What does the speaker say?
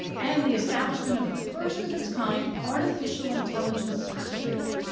and the establishment of the first of its kind artificial intelligence certificate,